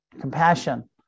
compassion